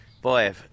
boy